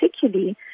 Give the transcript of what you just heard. particularly